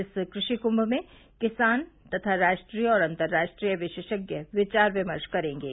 इस कृषि कुंम में किसान तथा राष्ट्रीय और अतर्राष्ट्रीय विशेषज्ञ विचार विमर्श करेंगे